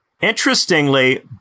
interestingly